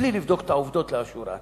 בלי לבדוק את העובדות לאשורן.